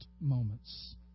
moments